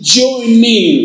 joining